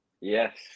Yes